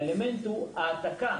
שהוא העתקה